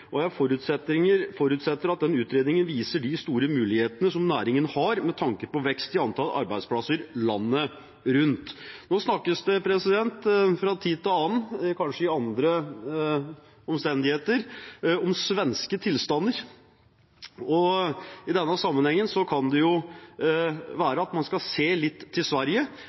og jeg forutsetter at den utredningen viser de store mulighetene næringen har med tanke på vekst i antall arbeidsplasser landet rundt. Nå snakkes det fra tid til annen – kanskje under andre omstendigheter – om svenske tilstander. I denne sammenhengen kan det være at man skal se litt til Sverige,